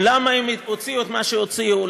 למה הם הוציאו את מה שהוציאו,